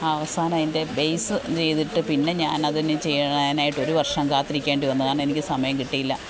അവസാനം അതിൻ്റെ ബെയ്സ് നെയ്തിട്ട് പിന്നെ ഞാനതിന് ചെയ്യാനായിട്ട് ഒരു വർഷം കാത്തിരിക്കേണ്ടി വന്നു കാരണം എനിക്ക് സമയം കിട്ടിയില്ല